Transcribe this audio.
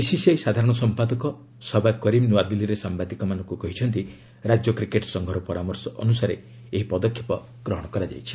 BCCI ସାଧାରଣ ସମ୍ପଦାକ ସବା କରିମ୍ ନୁଆଦିଲ୍ଲୀରେ ସାମ୍ବାଦିକମାନଙ୍କୁ କହିଚନ୍ତି ରାଜ୍ୟ କ୍ରିକେଟ୍ ସଂଘର ପରାମର୍ଶ ଅନୁସାରେ ଏହି ପଦକ୍ଷେପ ଗ୍ରହଣ କରାଯାଇଛି